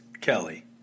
Kelly